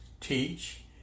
teach